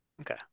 Okay